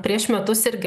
prieš metus irgi